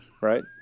Right